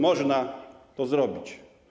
Można to zrobić.